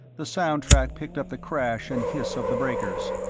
the sound track picked up the crash and hiss of the breakers.